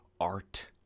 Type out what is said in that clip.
art